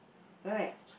right